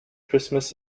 christmas